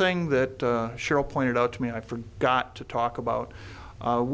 thing that cheryl pointed out to me i forgot to talk about